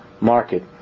market